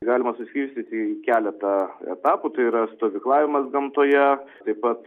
galima suskirstyti į keletą etapų tai yra stovyklavimas gamtoje taip pat